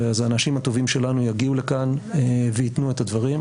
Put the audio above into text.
האנשים הטובים שלנו יגיעו לכאן ויתנו את הדברים.